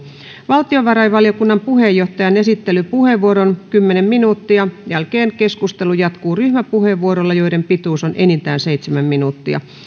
valtiovarainvaliokunnan puheenjohtajan esittelypuheenvuoron kymmenen minuuttia jälkeen keskustelu jatkuu ryhmäpuheenvuoroilla joiden pituus on enintään seitsemän minuuttia